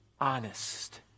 honest